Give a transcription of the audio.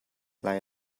lai